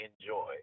enjoy